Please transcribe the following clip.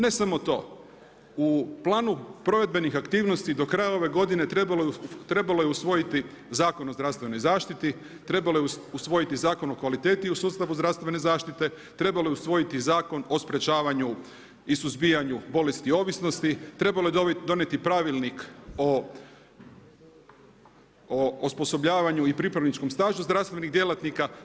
Ne samo to, u planu provedbenih aktivnosti do kraja ove godine trebalo je usvojiti Zakon o zdravstvenoj zaštiti, trebalo je usvojiti Zakon o kvaliteti u sustavu zdravstvene zaštite, trebalo je usvojiti Zakon o sprječavanju i suzbijanju bolesti ovisnosti, trebalo je donijeti pravilnik o osposobljavanju i pripravničkom stažu zdravstvenih djelatnika.